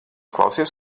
klausies